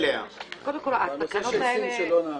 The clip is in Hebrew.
הנושא של סין לא נענה.